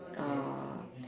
err